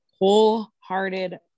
wholehearted